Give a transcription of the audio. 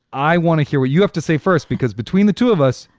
i want to hear what you have to say first, because between the two of us,